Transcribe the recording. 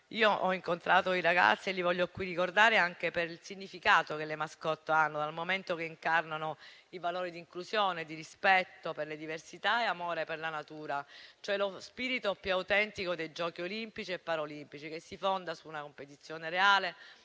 Io ho incontrato i ragazzi e li voglio qui ricordare, anche per il significato che le *mascotte* hanno, dal momento che incarnano i valori di inclusione e di rispetto per le diversità e di amore per la natura, cioè lo spirito più autentico dei Giochi olimpici e paraolimpici, che si fonda su una competizione reale,